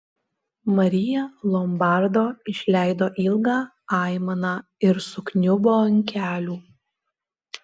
marija lombardo išleido ilgą aimaną ir sukniubo ant kelių